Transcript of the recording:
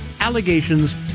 Allegations